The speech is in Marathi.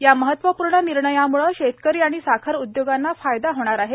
या महत्वपूर्ण निर्णयामुळे शेतकरी आणि साखर उद्योगांना फायदा होणार आहे